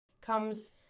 comes